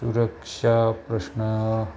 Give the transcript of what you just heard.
सुरक्षा प्रश्न